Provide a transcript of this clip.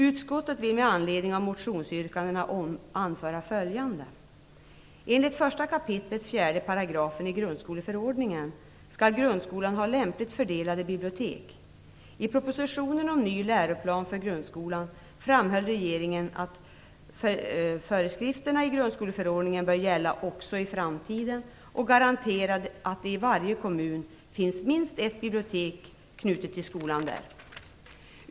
Utskottet vill med anledning av motionsyrkandena anföra följande: Enligt 1 kap. 4 § i grundskoleförordningen skall grundskolan ha lämpligt fördelade bibliotek. I propositionen om ny läroplan för grundskolan framhöll regeringen att föreskrifterna i grundskoleförordningen bör gälla också i framtiden och garantera att det i varje kommun finns minst ett bibliotek knutet till skolan där.